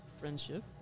friendship